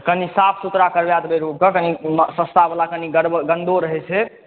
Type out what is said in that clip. कनी साफ सुथरा करबा देबै रूम के सस्ता बला कनी गन्दो रहै छै